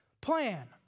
plan